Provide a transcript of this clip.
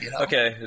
Okay